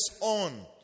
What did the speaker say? on